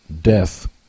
death